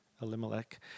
Elimelech